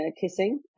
kissing